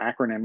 acronym